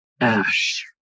ash